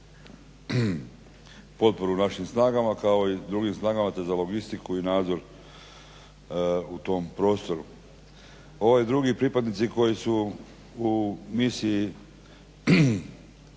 potporu našim snagama kao i drugim snagama te za logistiku i nadzor u tom prostoru. Ovi drugi pripadnici koji su u Misiji